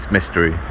Mystery